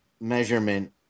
measurement